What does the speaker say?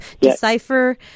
decipher